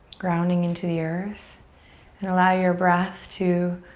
grounding into the earth and allow your breath to